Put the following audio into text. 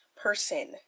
person